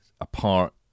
apart